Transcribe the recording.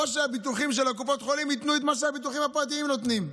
או שהביטוחים של קופות החולים ייתנו את מה שהביטוחים הפרטיים נותנים.